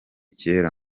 kera